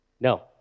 No